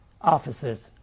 offices